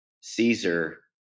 Caesar